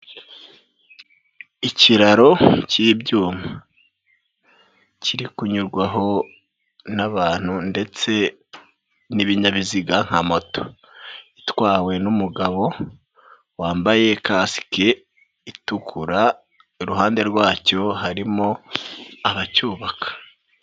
ikiraro cy'ibyuma, kiri kunyurwaho n'abantu ndetse n'ibinyabiziga nka moto, itwawe n'umugabo wambaye kasike itukura, iruhande rwacyo harimo abacyubaka.